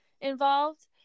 involved